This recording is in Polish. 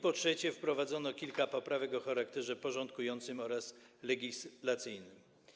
Po trzecie, wprowadzono kilka poprawek o charakterze porządkującym oraz legislacyjnym.